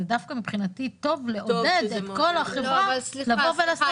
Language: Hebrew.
זה דווקא מבחינתי טוב לעודד את כל החברה לבוא ולעשות שירות.